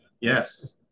yes